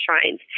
shrines